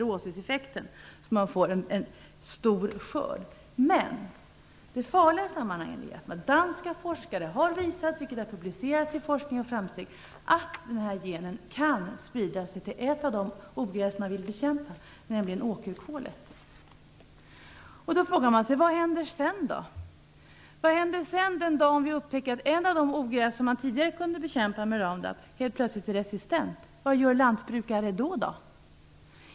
Det farliga i sammanhanget är att danska forskare har visat, vilket har publicerats i Forskning och framsteg, att den här genen kan spridas till ett av de ogräs som man vill bekämpa, nämligen åkerkål. Då frågar mig sig: Vad händer sedan? Vad händer den dag då vi upptäcker att ett av de ogräs som man tidigare kunde bekämpa med Round Up helt plötsligt blir resistent? Vad gör lantbrukare då?